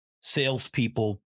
salespeople